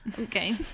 okay